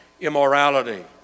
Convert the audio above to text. immorality